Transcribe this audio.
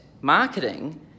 marketing